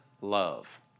love